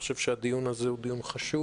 אני חושב שהדיון הזה הוא דיון חשוב.